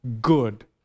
good